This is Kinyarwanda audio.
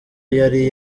yari